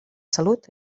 salut